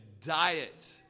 diet